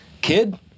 Kid